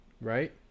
right